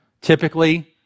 Typically